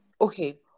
okay